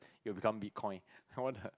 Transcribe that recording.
it'll become bitcoin I want a